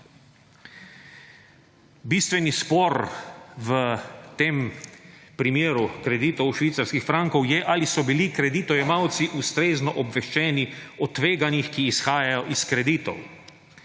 Bistveni spor v tem primeru kreditov v švicarskih frankih je, ali so bili kreditojemalci ustrezno obveščeni o tveganjih, ki izhajajo iz kreditov.